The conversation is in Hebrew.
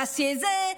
תעשי את זה,